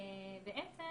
ובעצם